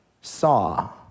saw